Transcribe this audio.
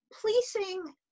policing